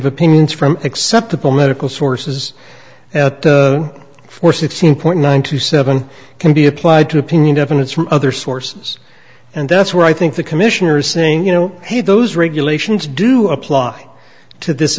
opinions from acceptable medical sources at four sixteen point nine two seven can be applied to opinion evidence from other sources and that's where i think the commissioners saying you know hey those regulations do apply to this